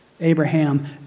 Abraham